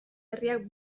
herriak